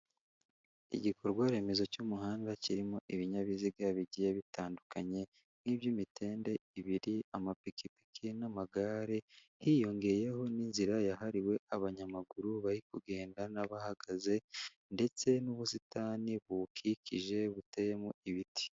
Igikorwaremezo cy'umuhanda kirimo ibinyabiziga bigiye bitandukanye, nk'iby'imitende, ibiri amapikipiki n'amagare, hiyongeyeho n'inzira yahariwe abanyamaguru, bari kugenda n'abahagaze ndetse n'ubusitani buwukikije buteyemo ibiti.